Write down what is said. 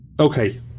Okay